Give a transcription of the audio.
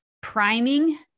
priming